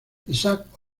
isaac